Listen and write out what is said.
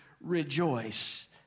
rejoice